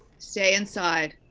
stay inside,